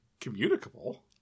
communicable